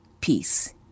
peace